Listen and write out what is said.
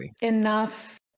enough